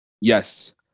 Yes